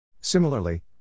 Similarly